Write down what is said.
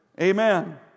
amen